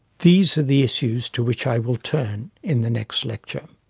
these are the issues to which i will turn in the next lecture